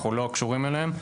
אנחנו לא קשורים אליהם.